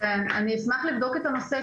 אני אשמח לבדוק את הנושא,